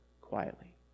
quietly